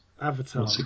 Avatar